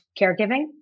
caregiving